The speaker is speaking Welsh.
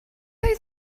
oedd